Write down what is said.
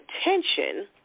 attention